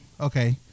Okay